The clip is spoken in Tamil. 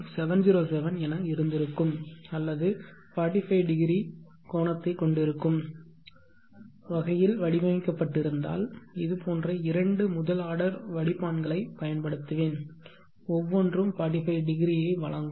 707 என இருந்திருக்கும் அல்லது 45 டிகிரி கோணத்தைக் கொண்டிருக்கும் வகையில் வடிவமைக்கப்பட்டிருந்தால் இது போன்ற இரண்டு முதல் ஆர்டர் வடிப்பான்களைப் பயன்படுத்துவேன் ஒவ்வொன்றும் 45° ஐ வழங்கும்